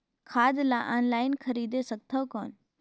खाद ला ऑनलाइन खरीदे सकथव कौन?